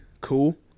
cool